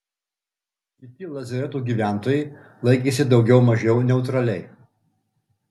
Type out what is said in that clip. kiti lazareto gyventojai laikėsi daugiau mažiau neutraliai